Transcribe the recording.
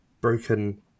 broken